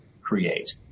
create